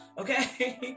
Okay